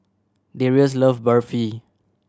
Darrius love Barfi